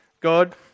God